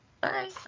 bye